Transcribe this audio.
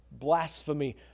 Blasphemy